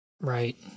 Right